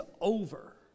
over